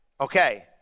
Okay